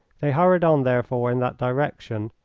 they hurried on, therefore, in that direction,